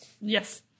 Yes